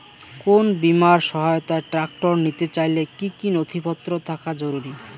কোন বিমার সহায়তায় ট্রাক্টর নিতে চাইলে কী কী নথিপত্র থাকা জরুরি?